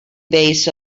base